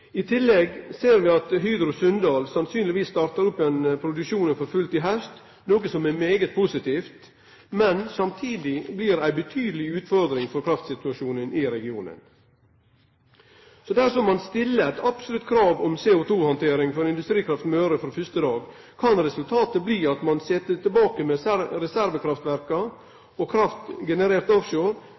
I tillegg ser vi at Hydro Sunndal sannsynlegvis startar opp igjen produksjonen for fullt i haust, noko som er veldig positivt, men det blir samtidig ei betydeleg utfordring for kraftsituasjonen i regionen. Dersom ein stiller eit absolutt krav om CO2-handtering for Industrikraft Møre frå første dag, kan resultatet bli at ein sit tilbake med reservekraftverka og kraft generert offshore, og